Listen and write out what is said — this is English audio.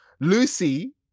Lucy